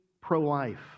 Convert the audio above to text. pro-life